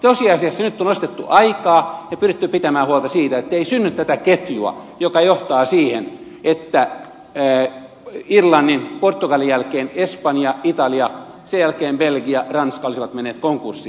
tosiasiassa nyt on ostettu aikaa ja pyritty pitämään huolta siitä ettei synny tätä ketjua joka johtaisi siihen että irlannin portugalin jälkeen espanja italia sen jälkeen belgia ranska menisivät konkurssiin